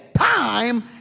time